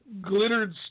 glittered